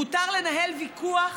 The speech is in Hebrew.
מותר לנהל ויכוח